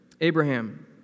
Abraham